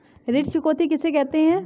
ऋण चुकौती किसे कहते हैं?